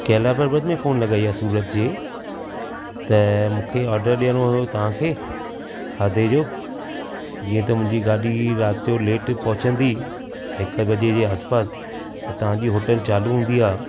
कैला पर्वत में फोन लॻाई आहे सूरत जी त मूंखे ऑर्डर ॾियणो हुयो तव्हांखे खाधे जो जीअं त मुंहिंजी गाॾी राति जो लेट पहुचंदी हिकु बजे जे आस पास त तव्हांजी होटल चालू हूंदी आहे